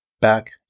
back